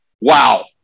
wow